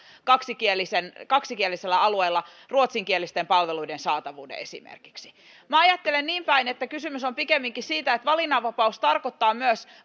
kaksikielisellä kaksikielisellä alueella ruotsinkielisten palveluiden saatavuutta esimerkiksi minä ajattelen niin päin että kysymys on pikemminkin siitä että valinnanvapaus tarkoittaa myös